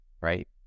right